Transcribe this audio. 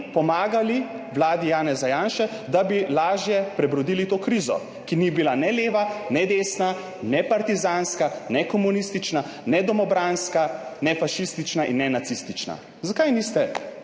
pomagali vladi Janeza Janše, da bi lažje prebrodili to krizo, ki ni bila ne leva ne desna ne partizanska ne komunistična ne domobranska ne fašistična in ne nacistična? Zakaj niste?